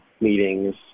meetings